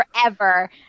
forever